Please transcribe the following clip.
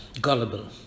gullible